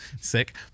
Sick